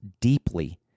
deeply